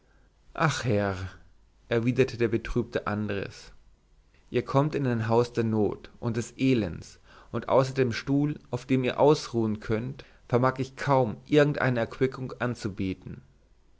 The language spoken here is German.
ach herr erwiderte der betrübte andres ihr kommt in ein haus der not und des elends und außer dem stuhl auf dem ihr ausruhen könnt vermag ich kaum euch irgend eine erquickung anzubieten